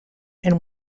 and